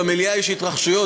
במליאה יש התרחשויות,